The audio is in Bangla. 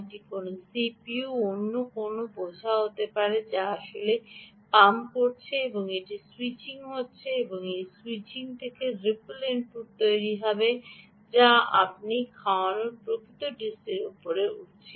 এটি অন্য কোনও সিপিইউ বা অন্য কোনও বোঝা হতে পারে যা আসলে পাম্প করছে এবং এটি স্যুইচিং হচ্ছে এবং এটি স্যুইচিংটি একটি রিপল ইনপুট তৈরি করছে যা আপনি খাওয়ানো প্রকৃত ডিসির উপরে উঠছে